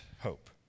hope